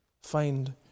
Find